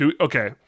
Okay